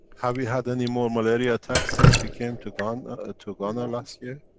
have you had any more malaria attacks since you came to ghana ah to ghana last year?